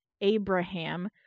Abraham